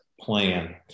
plan